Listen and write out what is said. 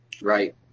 Right